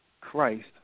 Christ